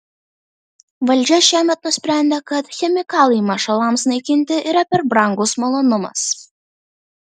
valdžia šiemet nusprendė kad chemikalai mašalams naikinti yra per brangus malonumas